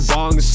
Bong